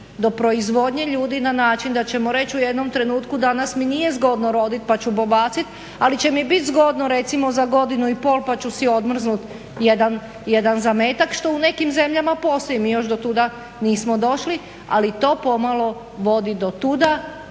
do proizvodnje ljudi na način da ćemo reći u jednom trenutku danas mi nije zgodno rodit pa ću pobacit ali će mi bit zgodno recimo za godinu i pol pa ću si odmrznut jedan zametak što u nekim zemljama postoji. Mi još do tuda nismo došli, ali to pomalo vodi do tuda,